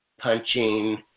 punching